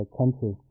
country